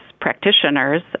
practitioners